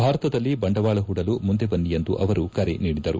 ಭಾರತದಲ್ಲಿ ಬಂಡವಾಳ ಹೂಡಲು ಮುಂದೆ ಬನ್ನಿ ಎಂದು ಅವರು ಕರೆ ನೀಡಿದರು